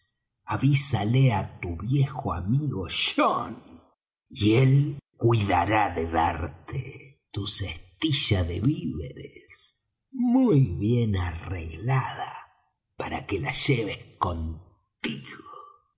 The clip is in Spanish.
avísale á tu viejo amigo john y él cuidará de darte tu cestilla de víveres muy bien arreglada para que la lleves contigo